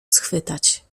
schwytać